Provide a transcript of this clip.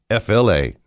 FLA